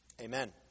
Amen